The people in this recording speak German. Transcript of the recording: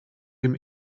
dem